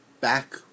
back